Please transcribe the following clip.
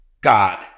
God